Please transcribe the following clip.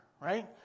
right